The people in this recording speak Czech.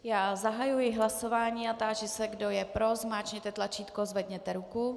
Já zahajuji hlasování a táži se, kdo je pro, zmáčkněte tlačítko, zvedněte ruku.